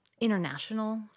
international